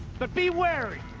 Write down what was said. but be wary!